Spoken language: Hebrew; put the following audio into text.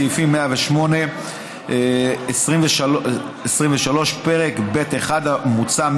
סעיפים 108(23) פרק ב'1 המוצע,